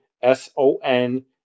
S-O-N-